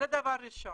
זה דבר ראשון.